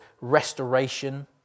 restoration